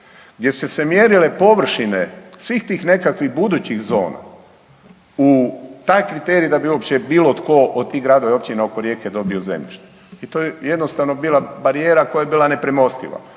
gdje su se mjerile površine svih tih nekakvih budućih zona u taj kriterij, da bi uopće bilo tko od tih gradova i općina oko Rijeke dobio zemljište i to je jednostavno bila barijera koja je bila nepremostiva